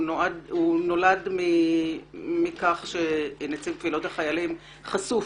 הוא נולד מכך שנציב קבילות החיילים חשוף